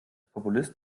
populist